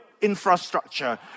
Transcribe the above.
infrastructure